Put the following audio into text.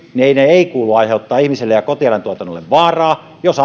ei kuulu aiheuttaa ihmisille ja kotieläintuotannolle vaaraa ja jos